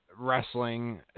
wrestling